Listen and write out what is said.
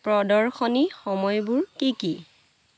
প্ৰদৰ্শনীৰ সময়বোৰ কি কি